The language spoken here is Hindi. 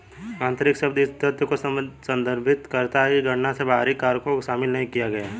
आंतरिक शब्द इस तथ्य को संदर्भित करता है कि गणना में बाहरी कारकों को शामिल नहीं किया गया है